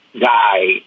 guy